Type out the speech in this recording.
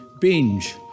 binge